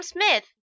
Smith